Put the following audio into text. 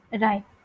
Right